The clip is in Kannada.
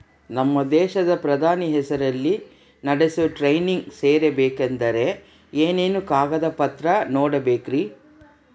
ನಮ್ಮ ದೇಶದ ಪ್ರಧಾನಿ ಹೆಸರಲ್ಲಿ ನಡೆಸೋ ಟ್ರೈನಿಂಗ್ ಸೇರಬೇಕಂದರೆ ಏನೇನು ಕಾಗದ ಪತ್ರ ನೇಡಬೇಕ್ರಿ?